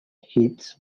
hits